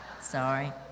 sorry